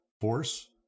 force